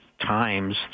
times